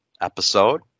episode